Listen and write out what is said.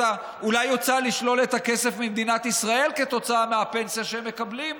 אולי יוצע לשלול את הכסף ממדינת ישראל כתוצאה מהפנסיה שהם מקבלים?